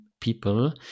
people